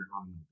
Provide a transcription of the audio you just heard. on